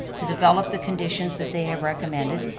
to develop the conditions that they have recommended.